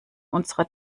unserer